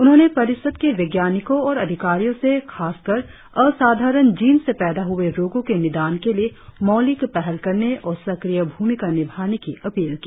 उन्होंने परिषद के वैज्ञानिको और अधिकारियों से खासकर असाधारण जीन से पैदा हुए रोगों के निदान के लिये मौलिक पहल करने और सक्रिय भूमिका निभाने की अपील की